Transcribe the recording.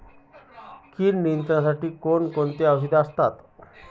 कीड नियंत्रणासाठी कोण कोणती औषधे असतात?